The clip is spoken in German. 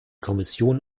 kommission